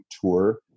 tour